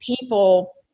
people